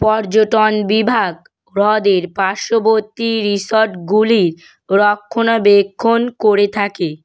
পর্যটন বিভাগ হ্রদের পার্শ্ববর্তী রিসর্টগুলির রক্ষণাবেক্ষণ করে থাকে